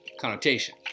connotation